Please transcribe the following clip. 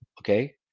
Okay